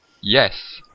Yes